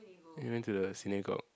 he went to the synagogue